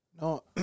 no